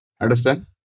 Understand